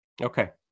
Okay